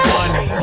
Money